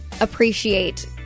appreciate